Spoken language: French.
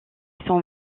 son